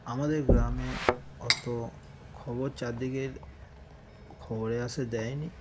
আমাদের গ্রামে অত খবর চারিদিকের খবরে আর সে দেয় না